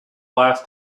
last